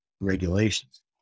regulations